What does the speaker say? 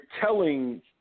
telling